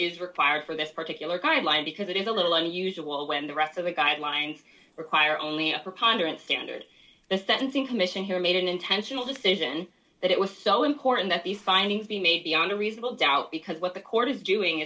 is required for this particular kind of line because it is a little unusual when the rest of the guidelines require only a preponderance standard the sentencing commission here made an intentional decision that it was so important that these findings be made beyond a reasonable doubt because what the court is doing